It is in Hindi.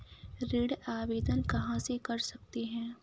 ऋण आवेदन कहां से कर सकते हैं?